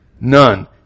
None